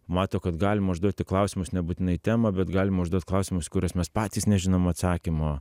mato kad galima užduoti klausimus nebūtinai į temą bet galima užduot klausimus į kuriuos mes patys nežinom atsakymo